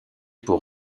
pour